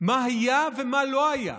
מה היה ומה לא היה,